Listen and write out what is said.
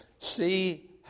see